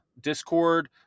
Discord